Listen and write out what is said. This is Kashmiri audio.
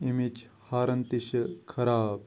ییٚمِچ ہارَن تہِ چھِ خراب